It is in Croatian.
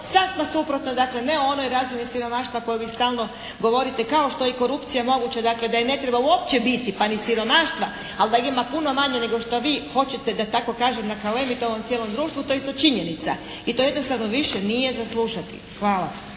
sasma suprotno. Dakle ne o onoj razini siromaštva o kojoj vi stalno govorite kao što je i korupcija moguća, dakle da je ne treba uopće biti, pa ni siromaštva, ali da ima puno manje nego što vi hoćete da tako kažem nakalemiti ovom cijelom društvu to je isto činjenica i to jednostavno više nije za slušati. Hvala.